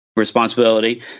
responsibility